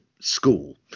school